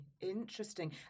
interesting